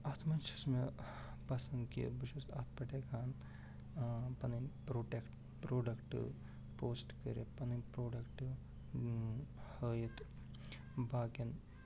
اَتھ منٛز چھُس مےٚ پسنٛد کہ بہٕ چھُس اَتھ پٮ۪ٹھ ہٮ۪کان پَنٛنۍ پروڈکٹ پروڈکٹ پوشٹ کٔرِتھ پَنٛنۍ ہٲیِتھ باقِیَن